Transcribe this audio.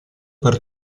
per